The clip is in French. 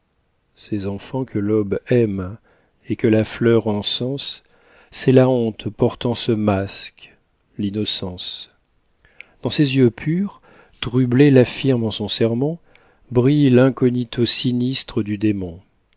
ces enfants que l'aube aime et que la fleur encense c'est la honte portant ce masque l'innocence dans ces yeux purs trablet l'affirme en son sermon brille l'incognito sinistre du démon